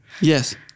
yes